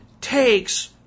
takes